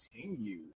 continue